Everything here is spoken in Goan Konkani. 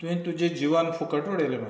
तुवें तुजें जिवन फुकट उडयलें मरे